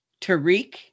Tariq